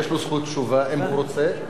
אם הוא רוצה,